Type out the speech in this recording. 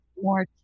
More